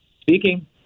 Speaking